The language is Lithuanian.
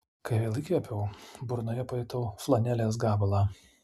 kai vėl įkvėpiau burnoje pajutau flanelės gabalą